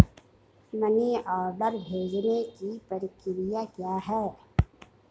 Money order भेजने की प्रक्रिया क्या है?